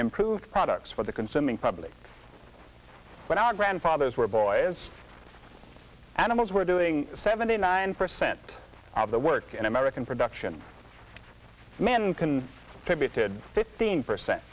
improved products for the consuming public when our grandfathers were boys animals were doing seventy nine percent of the work in american production men can pivoted fifteen percent